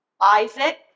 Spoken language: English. Isaac